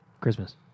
christmas